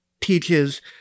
teaches